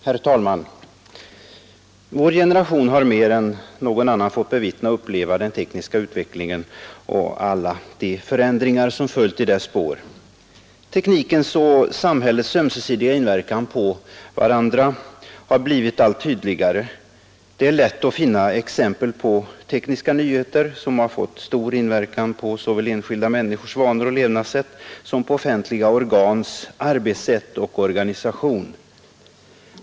Herr talman! Vår generation har mer än någon annan fått bevittna och uppleva den tekniska utvecklingen och alla de förändringar som följt i dess spår. Teknikens och samhällets ömsesidiga inverkan på varandra har blivit allt tydligare. Det är lätt att finna exempel på tekniska nyheter, som har fått stor inverkan på såväl enskilda människors vanor och levnadssätt som på offentliga organs arbetssätt och organisation.